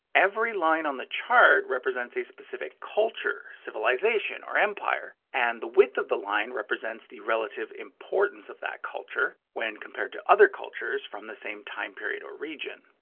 every line on the chart represents a specific culture, civilization, or empire and the width of the line represents the relative importance of that culture when compared to other cultures from the same time period or region.